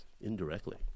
indirectly